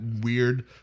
weird